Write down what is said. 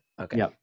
Okay